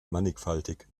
mannigfaltig